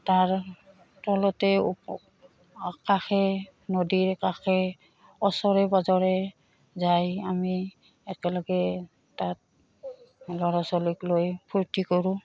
তাৰ তলতে কাষে নদীৰ কাষে ওচৰে পাঁজৰে যাই আমি একেলগে তাত ল'ৰা ছোৱালীক লৈ ফূৰ্তি কৰোঁ